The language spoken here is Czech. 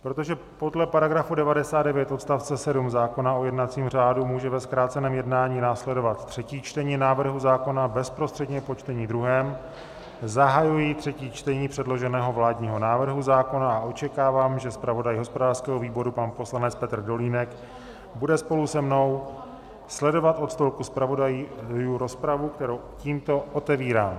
Protože podle § 99 odst. 7 zákona o jednacím řádu může ve zkráceném jednání následovat třetí čtení návrhu zákona bezprostředně po čtení druhém, zahajuji třetí čtení předloženého vládního návrhu zákona a očekávám, že zpravodaj hospodářského výboru pan poslanec Petr Dolínek bude spolu se mnou sledovat od stolku zpravodajů rozpravu, kterou tímto otevírám.